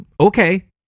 okay